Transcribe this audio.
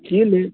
کہ لے